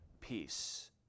peace